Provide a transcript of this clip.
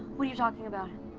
are you talking about?